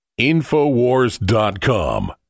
InfoWars.com